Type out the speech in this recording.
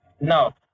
now